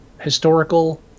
historical